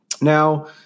Now